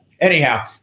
Anyhow